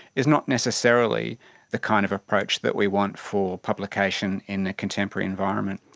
is not necessarily the kind of approach that we want for publication in a contemporary environment.